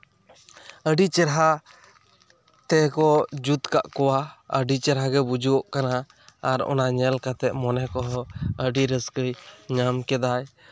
ᱟᱹᱰᱤ ᱪᱮᱨᱦᱟ ᱛᱮᱠᱚ ᱡᱩᱛ ᱠᱟᱜ ᱠᱚᱣᱟ ᱟᱹᱰᱤ ᱪᱮᱨᱦᱟᱜᱮ ᱵᱩᱡᱩᱜᱚᱜ ᱠᱟᱱᱟ ᱟᱨ ᱚᱱᱟ ᱧᱮᱞ ᱠᱟᱛᱮᱫ ᱢᱚᱱᱮ ᱠᱚᱦᱚᱸ ᱟᱹᱰᱤ ᱨᱟᱹᱥᱠᱟᱹᱭ ᱧᱟᱢ ᱠᱮᱫᱟᱭ